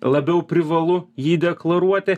labiau privalu jį deklaruoti